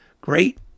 great